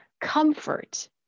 comfort